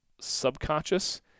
subconscious